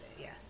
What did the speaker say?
yes